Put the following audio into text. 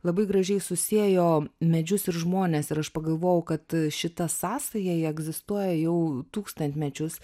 labai gražiai susiejo medžius ir žmones ir aš pagalvojau kad šita sąsaja ji egzistuoja jau tūkstantmečius